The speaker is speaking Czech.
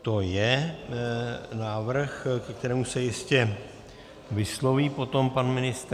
To je návrh, ke kterému se jistě vysloví potom pan ministr.